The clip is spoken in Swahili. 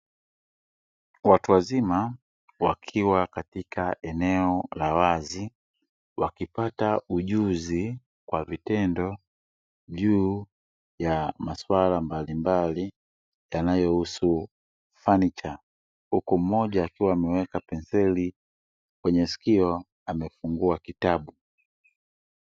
Watu wazima wakiwa katika eneo la wazi wakipata ujuzi kwa vitendo juu ya maswala mbalimbali yanayohusu fanicha, huku mmoja akiwa ameweka penseli kwenye sikio amefungua kitabu.